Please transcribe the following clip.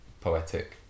poetic